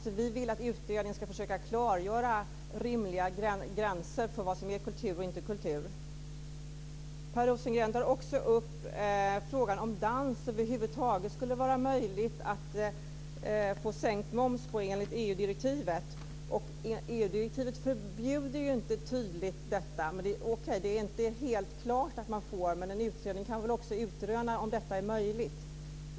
Vi vill alltså att utredningen ska försöka klargöra rimliga gränser för vad som är kultur och inte kultur. Per Rosengren tar också upp frågan om det över huvud taget skulle vara möjligt att få sänkt moms på dans enligt EU-direktivet. EU-direktivet förbjuder inte tydligt detta, men det är inte klart att man får sänka momsen. En utredning kan också utröna om detta är möjligt.